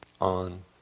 on